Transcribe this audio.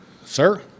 sir